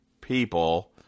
people